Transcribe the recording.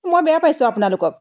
মই বেয়া পাইছোঁ আপোনালোকক